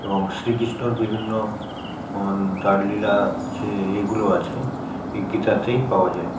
এবং শ্রী কৃষ্ণর বিভিন্ন তার লীলার যে এগুলো আছে এই গীতাতেই পাওয়া যায়